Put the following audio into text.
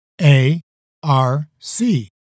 A-R-C